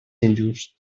injust